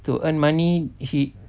to earn money she